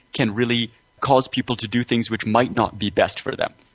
can really cause people to do things which might not be best for them,